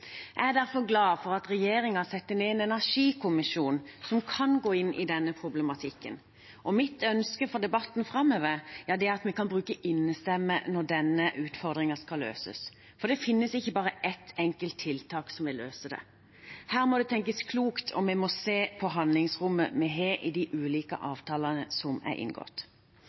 Jeg er derfor glad for at regjeringen setter ned en energikommisjon som kan gå inn i denne problematikken. Mitt ønske for debatten framover er at vi kan bruke innestemme når denne utfordringen skal løses. For det finnes ikke bare ett enkelt tiltak som vil løse det. Her må det tenkes klokt, og vi må se på handlingsrommet vi har i de ulike avtalene som er inngått.